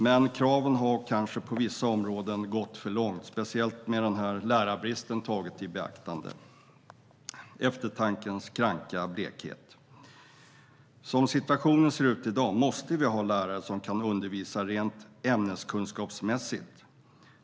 Men kraven har kanske på vissa områden gått för långt, speciellt med lärarbristen tagen i beaktande. Eftertankens kranka blekhet, kan man säga. Som situationen ser ut i dag måste vi ha lärare som kan undervisa rent ämneskunskapsmässigt.